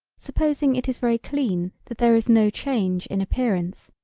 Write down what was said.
supposing it is very clean that there is no change in appearance,